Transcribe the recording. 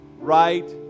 right